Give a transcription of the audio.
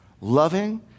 loving